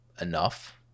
enough